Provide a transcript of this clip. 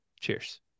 cheers